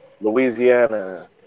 Louisiana